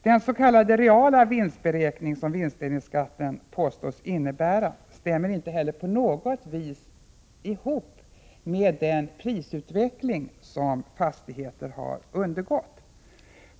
Den s.k. reala vinstberäkning som vinstdelningsskatten påstås innebära stämmer inte heller på något vis med den prisutveckling som fastigheter har undergått.